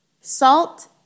Salt